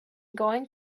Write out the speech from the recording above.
going